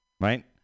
Right